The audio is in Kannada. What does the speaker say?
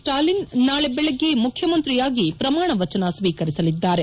ಸ್ವಾಲಿನ್ ನಾಳೆ ಬೆಳಗ್ಗೆ ಮುಖ್ಯಮಂತ್ರಿಯಾಗಿ ಪ್ರಮಾಣ ವಚನ ಸ್ಲೀಕರಿಸಲಿದ್ದಾರೆ